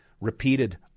repeated